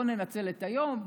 בוא ננצל את היום,